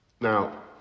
Now